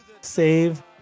Save